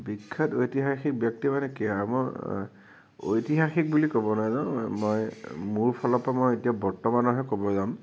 বিখ্যাত ঐতিহাসিক ব্যক্তি মানে কি আৰু মই ঐতিহাসিক বুলি ক'ব নাযাওঁ মই মোৰ ফালৰ পৰা মই এতিয়া বৰ্তমানৰ হে ক'ব যাম